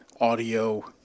audio